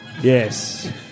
Yes